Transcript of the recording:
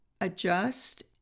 adjust